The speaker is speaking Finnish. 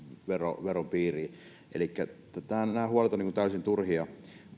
veron piiriin elikkä nämä huolet ovat täysin turhia